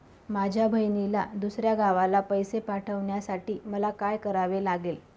माझ्या बहिणीला दुसऱ्या गावाला पैसे पाठवण्यासाठी मला काय करावे लागेल?